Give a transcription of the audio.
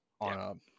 on